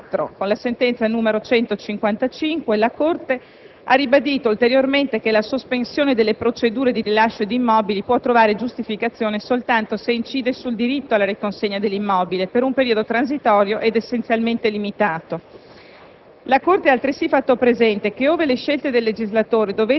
che potrebbe trovarsi in identiche o anche peggiori situazioni di disagio». Successivamente, nel 2004, con la sentenza n. 155, la Corte ha ribadito ulteriormente che la sospensione delle procedure di rilascio di immobili può trovare giustificazione soltanto se incide sul diritto alla riconsegna dell'immobile per un periodo transitorio ed essenzialmente